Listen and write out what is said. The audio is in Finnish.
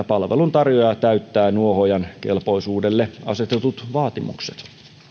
palveluntarjoaja täyttää nuohoojan kelpoisuudelle asetetut vaatimukset